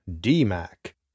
D-Mac